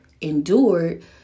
endured